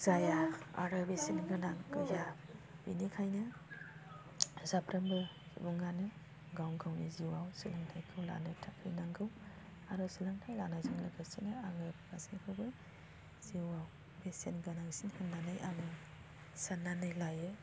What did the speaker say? जाया आरो बेसेन गोनां गैया बेनिखायनो साफ्रोमबो सुबुङानो गाव गावनि जिउआव सोलोंथायखौ लानो थाखाय नांगौ आरो सोलोंथाय लानायजों लोगोसेनो आङो गासैखौबो जिउआव बेसेन गोनांसिन होननानै आङो साननानै लायो